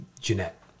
Jeanette